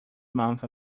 month